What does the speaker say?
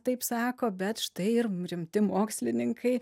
taip sako bet štai ir rimti mokslininkai